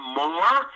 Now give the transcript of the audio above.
more